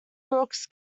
brooks